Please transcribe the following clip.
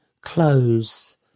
clothes